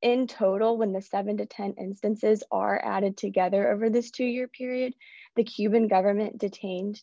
in total when the seven to ten instances are added together over this two year period the cuban government detained